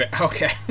Okay